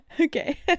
Okay